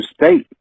state